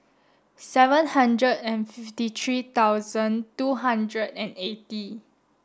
seven hundred and fifty three thousand two hundred and eighty